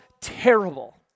terrible